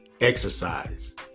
exercise